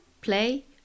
play